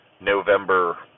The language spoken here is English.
November